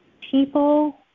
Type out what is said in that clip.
people